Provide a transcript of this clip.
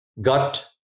gut